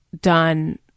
done